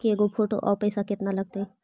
के गो फोटो औ पैसा केतना लगतै?